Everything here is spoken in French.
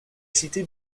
cité